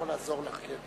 סגן מזכירת הכנסת נמצא כאן